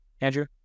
Andrew